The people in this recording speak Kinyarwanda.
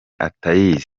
atayizi